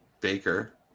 Baker